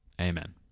Amen